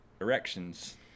Erections